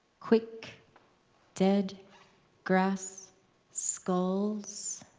quick dead grass skulls,